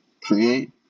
create